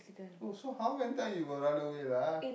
oh so how many time you got run away lah